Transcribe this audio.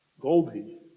Goldie